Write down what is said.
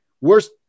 worst